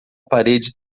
parede